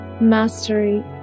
mastery